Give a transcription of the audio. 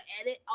edit